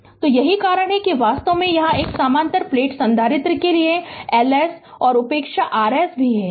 तो यही कारण है कि वास्तव में यहाँ एक समानांतर प्लेट संधारित्र के लिए Ls और उपेक्षा Rs भी है